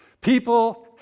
People